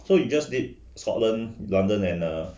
so you just did scotland london and err